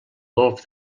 golf